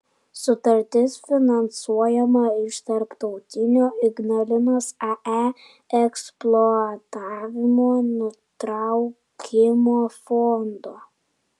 sutartis finansuojama iš tarptautinio ignalinos ae eksploatavimo nutraukimo fondo